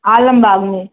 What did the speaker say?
आलमबाग़ में